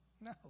No